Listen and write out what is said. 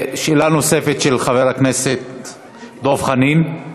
שאלה נוספת של חבר הכנסת דב חנין.